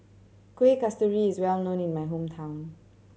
Kueh Kasturi is well known in my hometown